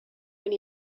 when